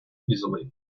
easily